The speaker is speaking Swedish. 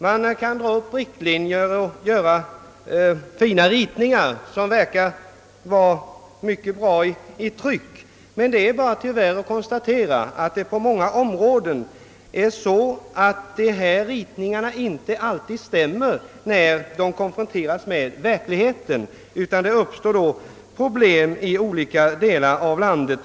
Man kan dra upp riktlinjer och göra upp fina ritningar som verkar vara mycket bra när man ser dem i tryck. Det är emellertid bara att konstatera att ritningarna inte alltid stämmer med verkligheten. Det uppstår problem i olika delar av landet.